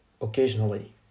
occasionally